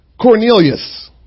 Cornelius